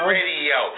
Radio